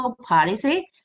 policy